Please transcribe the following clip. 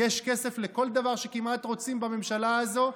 יש כסף כמעט לכל דבר שרוצים בממשלה הזו,